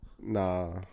Nah